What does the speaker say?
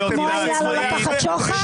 כמו העילה לא לקחת שוחד?